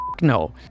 no